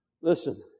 Listen